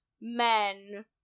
men